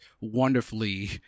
wonderfully